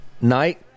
night